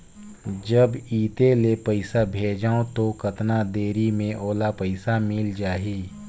जब इत्ते ले पइसा भेजवं तो कतना देरी मे ओला पइसा मिल जाही?